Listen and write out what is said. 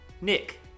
Nick